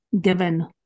given